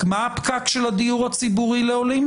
מה הפקק של הדיור הציבורי לעולים?